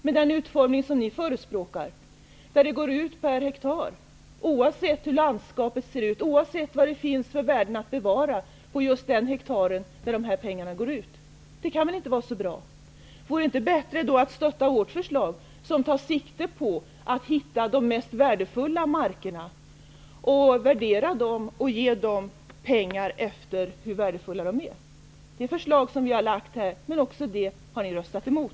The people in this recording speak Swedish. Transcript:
Med den utformning som ni förespråkar utgår ersättningen per hektar, oavsett hur landskapet ser ut och vad det finns för värden att bevara på just den hektar som man får pengar för. Det kan väl inte vara så bra. Är det inte bättre att stötta vårt förslag? Det tar sikte på att man skall hitta de mest värdefulla markerna och att man skall värdera dem och fördela pengar efter hur värdefulla de är. Det förslaget har vi lagt fram, men också det har ni röstat emot.